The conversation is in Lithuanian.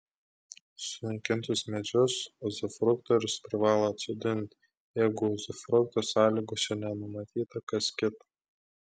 sunaikintus medžius uzufruktorius privalo atsodinti jeigu uzufrukto sąlygose nenumatyta kas kita